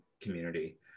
community